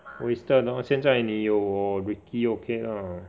wasted lor 现在你有 Ricky okay lah